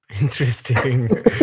Interesting